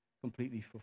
completely